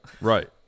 Right